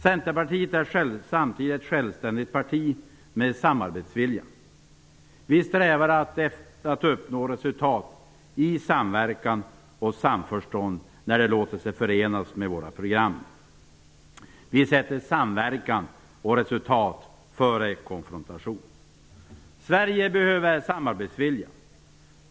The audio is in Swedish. Centerpartiet är samtidigt ett självständigt parti med samarbetsvilja. Vi strävar efter att uppnå resultat i samverkan och samförstånd när det låter sig förenas med våra program. Vi sätter samverkan och resultat före konfrontation. Sverige behöver samarbetsvilja.